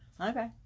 Okay